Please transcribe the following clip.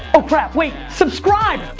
oh crap, wait, subscribe.